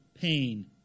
pain